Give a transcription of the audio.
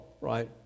right